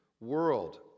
world